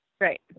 Right